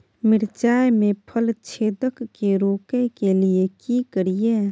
मिर्चाय मे फल छेदक के रोकय के लिये की करियै?